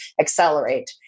accelerate